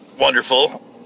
wonderful